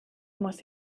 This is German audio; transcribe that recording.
muss